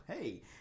hey